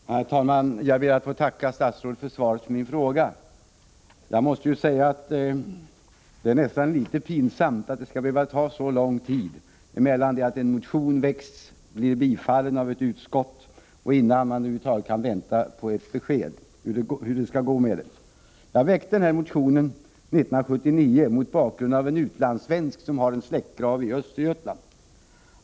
Herr talman! Jag ber att få tacka statsrådet för svaret på min fråga. Det är nästan litet pinsamt att det skall behöva ta så lång tid från det att en motion väckts och blivit bifallen av riksdagen till dess att man över huvud taget kan få ett besked om hur det skall gå. Jag väckte denna motion 1979 mot bakgrund av en framställan från en utlandssvensk som har en släktgrav i Östergötland.